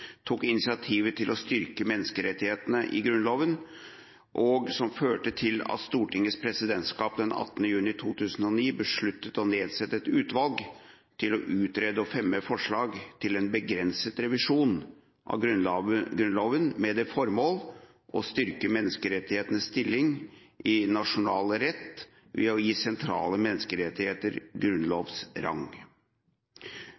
tok initiativet til å styrke menneskerettighetene i Grunnloven, og som førte til at Stortingets presidentskap den 18. juni 2009 besluttet å nedsette et utvalg til å utrede og fremme forslag til en begrenset revisjon av Grunnloven med det formål å styrke menneskerettighetenes stilling i nasjonal rett ved å gi sentrale menneskerettigheter